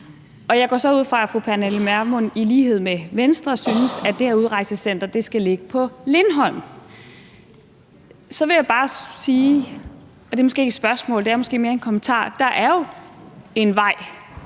Og jeg går så ud fra, at fru Pernille Vermund i lighed med Venstre synes, at det her udrejsecenter skal ligge på Lindholm. Så vil jeg bare sige, og det er måske ikke et spørgsmål, men mere en kommentar, at der jo er en